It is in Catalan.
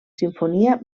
simfonia